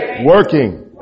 working